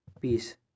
Peace